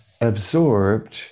absorbed